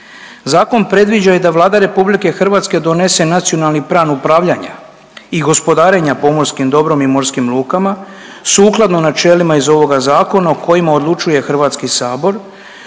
Zakon predviđa i da Vlada RH donese nacionalni plan upravljanja i gospodarenja pomorskim dobrom i morskim lukama, sukladno načelima iz ovoga zakona o kojemu odlučuje HS kojim se